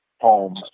home